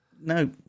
no